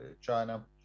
China